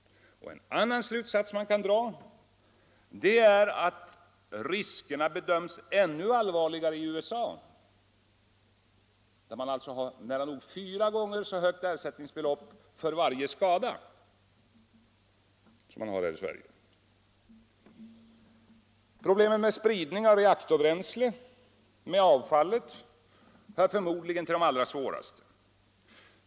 En annan slutsats är, att riskerna bedöms ännu allvarligare i USA, där ersättningsbeloppet för varje skada satts nära nog fyra gånger så högt som här i Sverige. Problemen med spridningen av reaktorbränsle och med avfallet hör förmodligen till de allra svåraste.